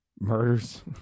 murders